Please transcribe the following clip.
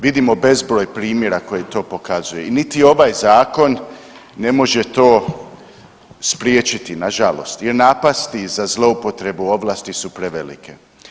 Vidimo bezbroj primjera koji to pokazuje i niti ovaj zakon ne može to spriječiti nažalost jer napasti za zlouporabu ovlasti su prevelike.